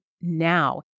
now